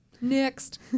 Next